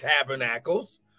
Tabernacles